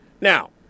Now